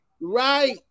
Right